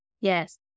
Yes